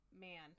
Man